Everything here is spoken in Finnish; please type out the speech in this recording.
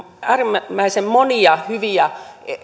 äärimmäisen monia hyviä